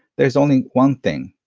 there's only one thing.